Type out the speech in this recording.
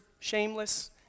Shameless